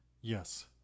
Yes